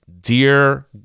Dear